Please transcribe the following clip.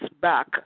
back